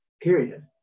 period